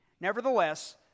Nevertheless